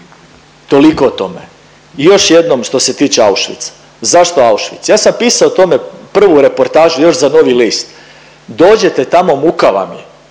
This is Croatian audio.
Toliko o tome. I još jednom što se tiče Auschwitza, zašto Auschwitz? Ja sam pisao o tome prvu reportažu još za Novi list, dođete tamo muka vam je.